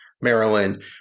Maryland